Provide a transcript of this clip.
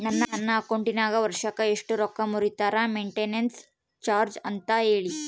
ನನ್ನ ಅಕೌಂಟಿನಾಗ ವರ್ಷಕ್ಕ ಎಷ್ಟು ರೊಕ್ಕ ಮುರಿತಾರ ಮೆಂಟೇನೆನ್ಸ್ ಚಾರ್ಜ್ ಅಂತ ಹೇಳಿ?